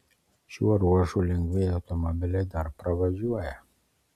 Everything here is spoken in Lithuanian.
šiuo ruožu lengvieji automobiliai dar pravažiuoja